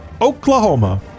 Oklahoma